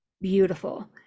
beautiful